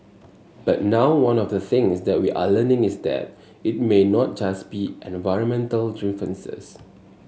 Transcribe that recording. but now one of the things that we are learning is that it may not just be environmental differences